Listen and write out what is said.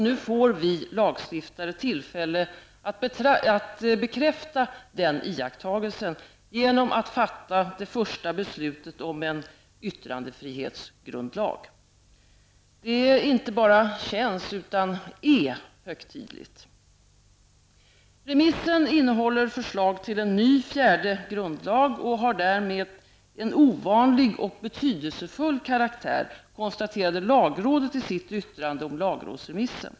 Nu får vi lagstiftare tillfälle att bekräfta den iakttagelsen, genom att fatta det första beslutet om en yttrandefrihetsgrundlag. Det inte bara känns, utan det är högtidligt. Remissen innehåller förslag till en ny, fjärde grundlag och har därmed en ovanlig och betydelsefull karaktär, konstaterade lagrådet i sitt yttrande om lagrådsremissen.